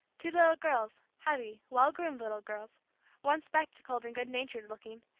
two little girls, heavy, well groomed little girls one spectacled and good-natured looking,